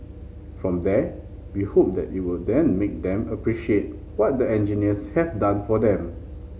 from there we hope that it will then make them appreciate what the engineers have done for them